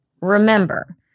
Remember